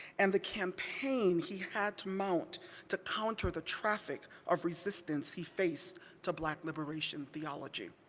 and the campaign he had to mount to counter the traffic of resistance he faced to black liberation theology.